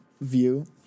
view